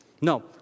No